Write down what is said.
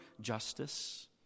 Justice